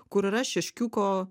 kur yra šeškiuko